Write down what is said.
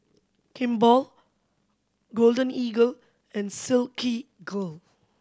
Kimball Golden Eagle and Silkygirl